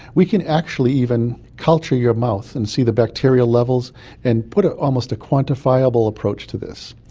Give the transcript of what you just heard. we can actually even culture your mouth and see the bacterial levels and put ah almost a quantifiable approach to this.